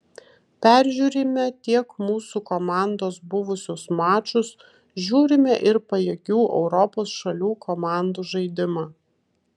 peržiūrime tiek mūsų komandos buvusius mačus žiūrime ir pajėgių europos šalių komandų žaidimą